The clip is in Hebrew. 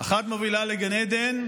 אחת מובילה לגן עדן